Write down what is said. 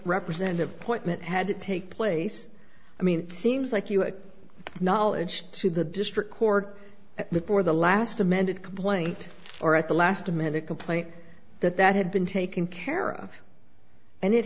representative portman had to take place i mean it seems like you had knowledge to the district court before the last amended complaint or at the last man to complain that that had been taken care of and it